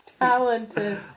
Talented